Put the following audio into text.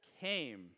came